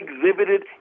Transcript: exhibited